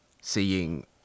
seeing